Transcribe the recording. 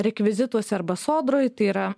rekvizituose arba sodroj tai yra